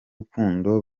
rukundo